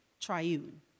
Triune